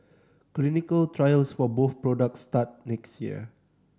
clinical trials for both products start next year